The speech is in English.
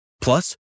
Plus